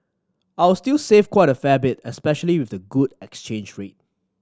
I'll still save quite a fair bit especially with the good exchange rate